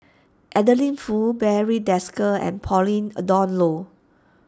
Adeline Foo Barry Desker and Pauline a Dawn Loh